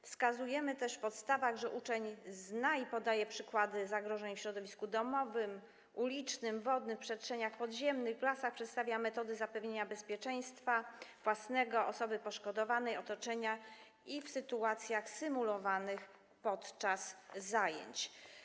Wskazujemy też w podstawach, że uczeń zna i podaje przykłady zagrożeń w środowisku domowym, ulicznym, wodnym, w przestrzeniach podziemnych, w lasach, przedstawia metody zapewnienia bezpieczeństwa własnego, osoby poszkodowanej, otoczenia w sytuacjach symulowanych podczas zajęć.